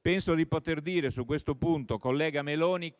Penso di poter dire su questo punto, collega Meloni,